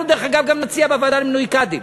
אנחנו, דרך אגב, גם נציע בוועדה למינוי קאדים.